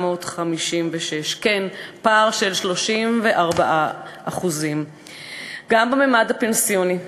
4,956, כן, פער של 34%. גם בממד הפנסיוני: